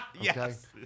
Yes